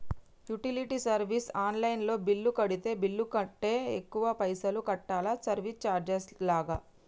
Utility service online లో bill కడితే bill కంటే ఎక్కువ పైసల్ కట్టాలా సర్వీస్ చార్జెస్ లాగా?